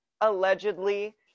allegedly